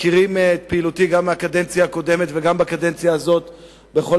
מכירים את פעילותי גם בקדנציה הקודמת וגם בקדנציה הזאת בכל